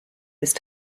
ist